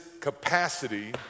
capacity